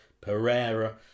Pereira